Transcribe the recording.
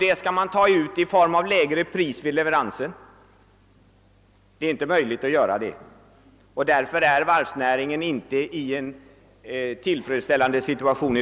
Det är inte möjligt att ta ut detta i samband med leveransen, och därför är situationen för varvsnäringen i dag inte tillfredsställande.